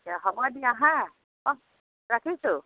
দিয়া হ'ব দিয়া হাঁ অহ্ ৰাখিছোঁ